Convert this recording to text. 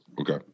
okay